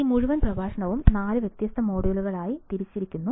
ഈ മുഴുവൻ പ്രഭാഷണവും 4 വ്യത്യസ്ത മൊഡ്യൂളുകളായി തിരിച്ചിരിക്കുന്നു